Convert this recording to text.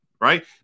Right